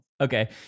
Okay